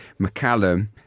McCallum